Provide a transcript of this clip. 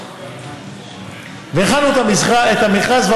הכנו את המכרז,